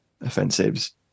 Offensives